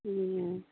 हूँ